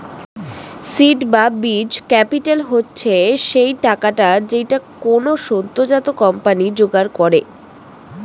seed বা বীজ capital হচ্ছে সেই টাকাটা যেইটা কোনো সদ্যোজাত কোম্পানি জোগাড় করে